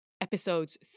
Episodes